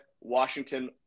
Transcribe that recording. washington